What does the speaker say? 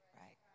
Right